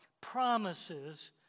promises